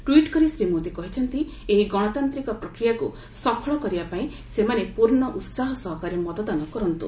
tweet କରି ଶ୍ରୀ ମୋଦି କହିଛନ୍ତି ଏହି ଗଣତାନ୍ତିକ ପ୍ରକ୍ରିୟାକୁ ସଫଳ କରିବାପାଇଁ ସେମାନେ ପୂର୍୍ଣ ଉତ୍ସାହ ସହକାରେ ମତଦାନ କରନ୍ତୁ